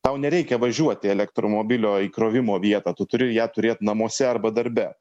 tau nereikia važiuot į elektromobilio įkrovimo vietą tu turi ją turėt namuose arba darbe